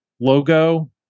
logo